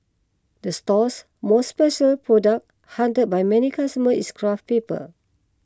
the store's most special product hunted by many customers is craft paper